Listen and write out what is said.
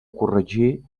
corregir